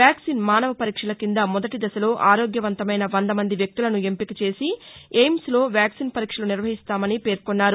vaccine మానవ పరీక్షల కింద మొదటి దశలో ఆరోగ్యవంతమైన వంద మంది వ్యక్తులను ఎంపిక చేసి ఎయిమ్స్ లో వ్యాక్సిన్ పరీక్షలు నిర్వహిస్తామని పేర్కొన్నారు